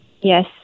Yes